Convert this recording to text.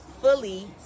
fully